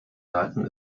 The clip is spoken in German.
daten